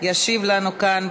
ישיב לנו כאן,